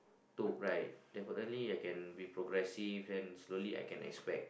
took right definitely I can be progressive and slowly I can expect